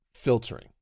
filtering